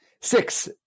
Six